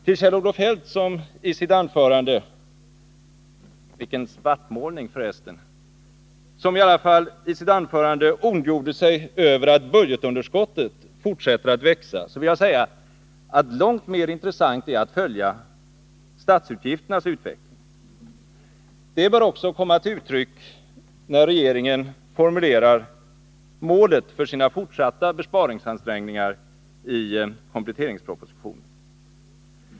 Till Kjell-Olof Feldt, som i sitt anförande — vilken svartmålning, för resten —- ondgjorde sig över att budgetunderskottet fortsätter att växa, vill jag säga att långt mer intressant är att följa statsutgifternas utveckling. Det bör också komma till uttryck när regeringen formulerar målet för sina fortsatta besparingsansträngningar i kompletteringspropositionen.